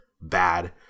bad